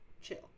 chill